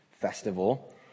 festival